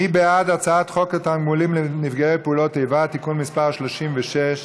מי בעד הצעת חוק התגמולים לנפגעי פעולות איבה (תיקון מס' 36),